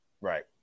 Right